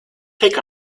take